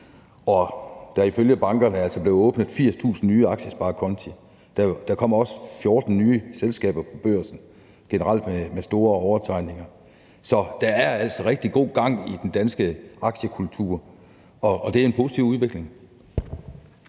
at der ifølge bankerne altså blev åbnet 80.000 nye aktiesparekonti. Der kom også 14 nye selskaber på børsen, generelt med store overtegninger. Så der er altså rigtig godt gang i den danske aktiekultur, og det er en positiv udvikling.